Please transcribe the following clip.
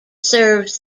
serves